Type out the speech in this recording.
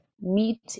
meat